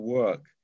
work